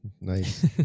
Nice